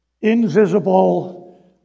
invisible